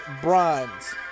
bronze